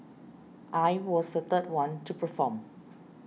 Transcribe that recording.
I was the third one to perform